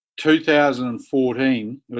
2014